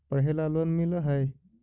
पढ़े ला लोन मिल है?